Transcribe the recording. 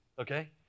Okay